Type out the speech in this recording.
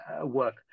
work